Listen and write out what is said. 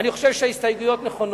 ואני חושב שההסתייגויות נכונות,